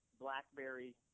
Blackberry